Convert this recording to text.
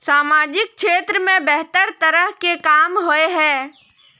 सामाजिक क्षेत्र में बेहतर तरह के काम होय है?